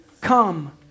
Come